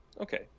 Okay